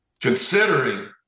Considering